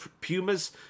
Puma's